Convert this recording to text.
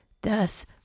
thus